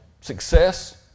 success